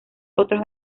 otros